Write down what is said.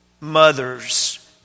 mothers